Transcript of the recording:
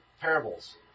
Parables